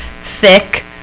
thick